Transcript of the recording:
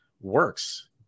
works